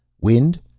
Wind